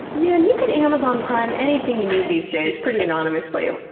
man, you can amazon prime anything you need these days pretty anonymously.